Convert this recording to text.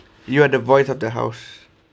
you are the voice of the house